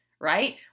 right